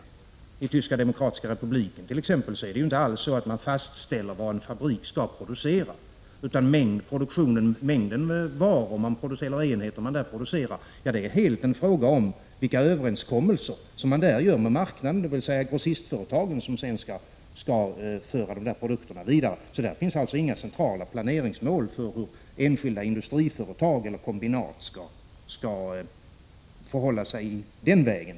I t.ex. Tyska demokratiska republiken fastställs inte vad en fabrik skall producera, utan mängden varor eller enheter som produceras är helt en fråga om vilka överenskommelser som görs med marknaden, dvs. grossistföretagen, som sedan skall föra produkterna vidare. Där finns alltså inga centrala planeringsmål för hur enskilda industriföretag eller kombinat skall förhålla sig den vägen.